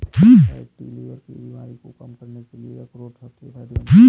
fatty liver की बीमारी को कम करने के लिए अखरोट सबसे फायदेमंद है